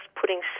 putting